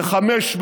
בחמש,